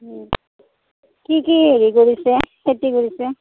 কি কি হেৰি কৰিছে খেতি কৰিছে